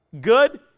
good